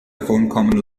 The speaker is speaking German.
davonkommen